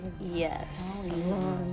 yes